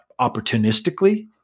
opportunistically